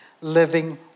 living